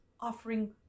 offering